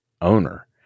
owner